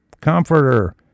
comforter